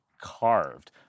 carved